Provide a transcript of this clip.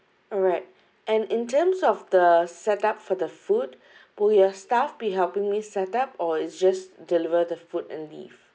alright and in terms of the set up for the food would your staff be helping me set up or it's just deliver the food and leave